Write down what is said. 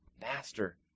master